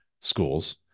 schools